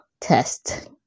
test